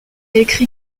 écrit